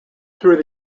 through